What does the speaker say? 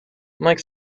mike